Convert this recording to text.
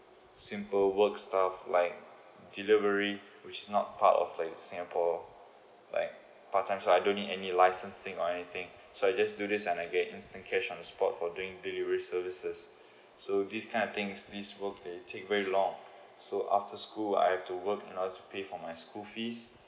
simple work stuff like delivery which is not part of like singapore like part time job I don't need any licensing or anything so I just do this and I get instant cash on the spot for doing delivery services so these kind of things this work they take very long so after school I've to work in order to pay for my school fees